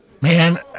Man